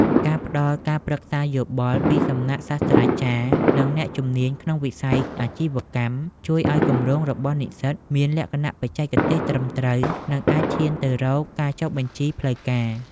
ការផ្ដល់ការប្រឹក្សាយោបល់ ពីសំណាក់សាស្ត្រាចារ្យ និងអ្នកជំនាញក្នុងវិស័យអាជីវកម្ម ជួយឱ្យគម្រោងរបស់និស្សិតមានលក្ខណៈបច្ចេកទេសត្រឹមត្រូវ និងអាចឈានទៅរកការចុះបញ្ជីផ្លូវការ។